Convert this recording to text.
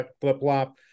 flip-flop